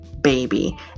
baby